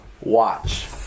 Watch